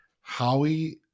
Howie